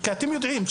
כי אתם יודעים,